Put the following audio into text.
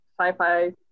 sci-fi